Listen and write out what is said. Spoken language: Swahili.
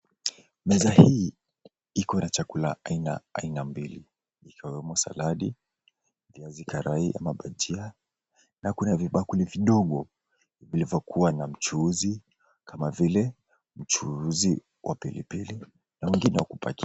Meza hii iko na chakula aina mbili ikiwemo saladi, viazi karai ama bajia na kuna vibakuli vidogo vilivyokuwa na mchuzi kama vile mchuzi wa pilipili na mwingine wa kupakia.